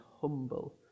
humble